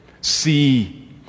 see